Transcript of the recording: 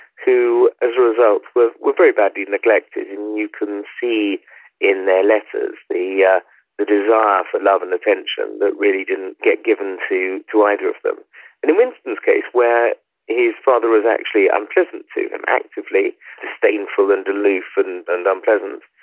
who as a result, were were very badly neglected. you can see in their letters the yeah the desire for love and attention that really didn't get given to to either of them and in winston's case, where his father was actually unpleasant to him, actively disdainful and aloof and and unpleasant,